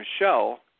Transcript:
Michelle